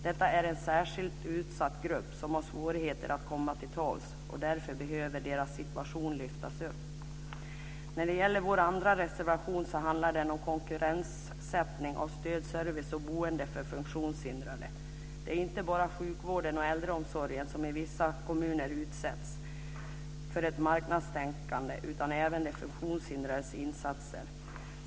Detta är en särskilt utsatt grupp som har svårigheter att komma till tals, och därför behöver deras situation lyftas fram. Vår andra reservation handlar om konkurrensutsättning av stöd, service och boende för funktionshindrade. Det är inte bara sjukvården och äldreomsorgen som i vissa kommuner utsätts för ett marknadstänkande utan det gäller även de funktionshindrades insatser.